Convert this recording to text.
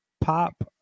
pop